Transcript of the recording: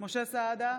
משה סעדה,